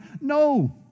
No